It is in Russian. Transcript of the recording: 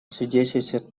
свидетельствует